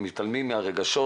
מתעלמים מהרגשות.